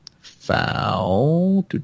Foul